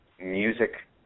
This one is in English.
music